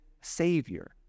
Savior